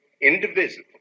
indivisible